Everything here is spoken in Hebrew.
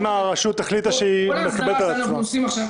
אם הרשות החליטה שהיא מקבלת על עצמה.